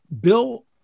Bill